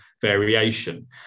variation